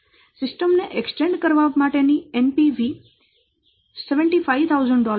system ને extend કરવા માટે ની NPV 75000 હશે